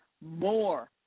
more